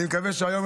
אני מקווה שהיום,